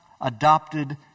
adopted